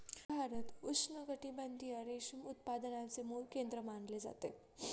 भारत उष्णकटिबंधीय रेशीम उत्पादनाचे मूळ केंद्र मानले जाते